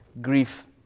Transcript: grief